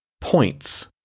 points